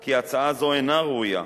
כי הצעה זו אינה ראויה,